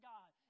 God